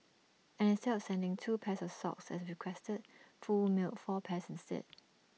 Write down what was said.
and instead of sending two pairs of socks as requested Foo mailed four pairs instead